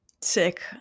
Sick